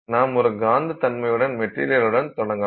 நாம் ஒரு காந்ததன்மையுடைய மெட்டீரியலுடன் தொடங்கலாம்